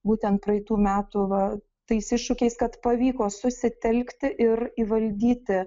būtent praeitų metų va tais iššūkiais kad pavyko susitelkti ir įvaldyti